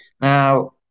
Now